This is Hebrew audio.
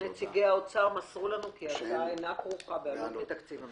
נציגי האוצר מסרו לנו כי ההצעה אינה כרוכה בעלות מתקציב המדינה.